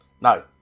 no